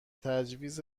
تجویز